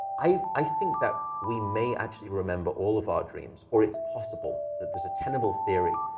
i i think that we may actually remember all of our dreams, or it's possible that there's a tenable theory.